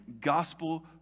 gospel